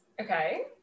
Okay